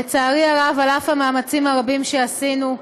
לצערי הרב, על אף המאמצים הרבים שעשינו,